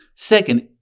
Second